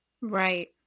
Right